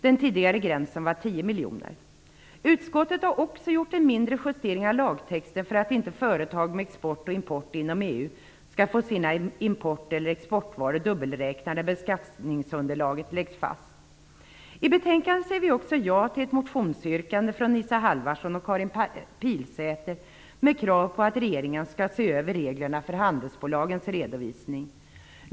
Den tidigare gränsen var Utskottet har också gjort en mindre justering av lagtexten för att inte företag med export och import inom EU skall få sina export eller importvaror dubbelräknade när beskattningsunderlaget läggs fast. I betänkandet säger vi också ja till ett motionsyrkande från Isa Halvarsson och Karin Pilsäter med krav på att regeringen ser över reglerna för handelsbolagens redovisning.